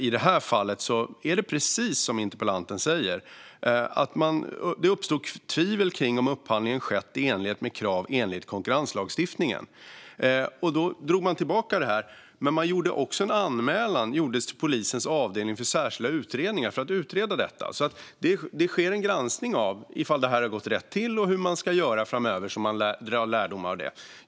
I det här fallet är det precis som interpellanten säger: Det uppstod tvivel kring om upphandlingen skett i enlighet med kraven i konkurrenslagstiftningen, och då drog man tillbaka detta. Men man gjorde också en anmälan till polisens avdelning för särskilda utredningar för att utreda det, så det sker en granskning av om det har gått rätt till och hur man ska göra framöver för att dra lärdom av det.